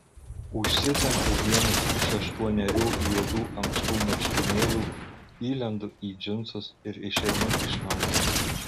užsitempiu vienus iš aštuonerių juodų ankštų marškinėlių įlendu į džinsus ir išeinu iš namų